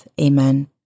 Amen